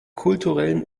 kulturellen